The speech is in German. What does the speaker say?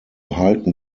halten